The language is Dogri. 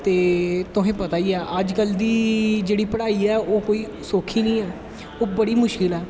ते तुसेंगी पता गै ऐ अज्ज कल दी जेह्ड़ी पढ़ाई ऐ ओह् कोई सौक्खी नी ऐ ओह् बड़ी मुश्किल ऐ